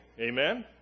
Amen